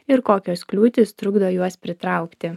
ir kokios kliūtys trukdo juos pritraukti